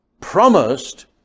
promised